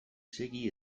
segi